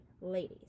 ladies